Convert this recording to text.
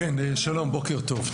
שלום, בוקר טוב.